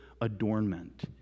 adornment